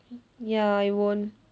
ya it